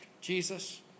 Jesus